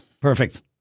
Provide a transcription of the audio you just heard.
Perfect